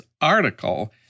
article